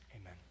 amen